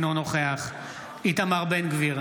אינו נוכח איתמר בן גביר,